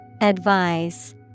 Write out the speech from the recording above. Advise